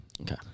Okay